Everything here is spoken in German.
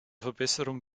verbesserung